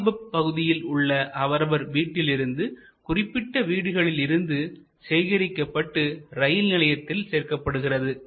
பான்திப் பகுதியில் உள்ள அவரவர் வீட்டிலிருந்து குறிப்பிட்ட வீடுகளில் இருந்து சேகரிக்கப்பட்டு ரயில்நிலையத்தில் சேர்க்கப்படுகிறது